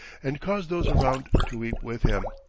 and caused those around to weep with him.